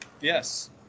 Yes